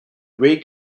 ray